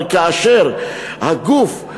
אבל כאשר הגוף,